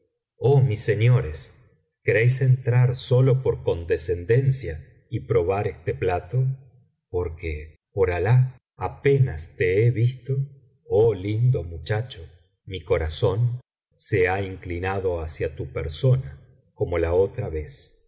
oh mis señores queréis entrar sólo por condescendencia y probar este plato porque por alah apenas te he visto oh lindo muchacho mi corazón se ha inclinado hacia tu persona como la otra vez